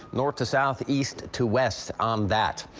north to south, east to west on that.